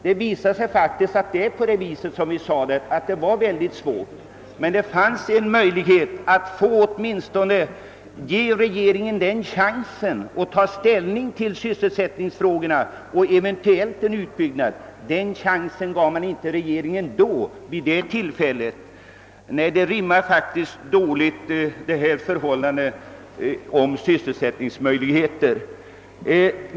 Det visade sig faktiskt — som vi framhöll — vara ytterst svårt, men det fanns en möjlighet att åtminstone ge regeringen chansen att ta ställning till sysselsättningsfrågorna i samband med en eventuell utbyggnad av Vindelälven. Den chansen gav man inte regeringen vid detta tillfälle. Det rimmar dåligt med talet om att man vill skapa sysselsättningsmöjligheter.